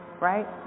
right